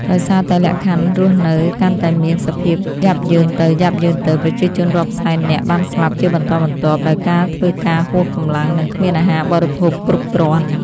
ដោយសារតែលក្ខខណ្ឌរស់នៅកាន់តែមានសភាពយ៉ាប់យ៉ឺនទៅៗ ប្រជាជនរាប់សែននាក់បានស្លាប់ជាបន្តបន្ទាប់ ដោយការធ្វើការហួសកម្លាំង និងគ្មានអាហារបរិភោគគ្រប់គ្រាន់។